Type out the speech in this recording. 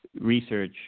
research